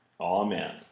Amen